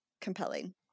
compelling